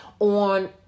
on